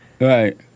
Right